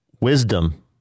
Wisdom